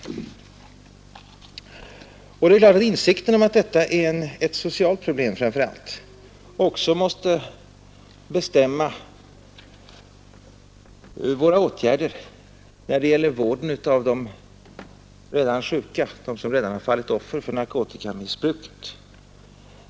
Det är klart att insikten om att narkotikafrågan framför allt är ett socialt problem måste bestämma våra åtgärder när det gäller vården av de redan sjuka, de som redan har fallit offer för narkotikamissbruket.